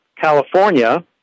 California